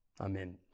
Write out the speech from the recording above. Amen